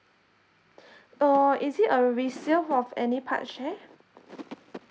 or is it a resale of any part share